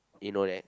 did you know that